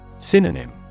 Synonym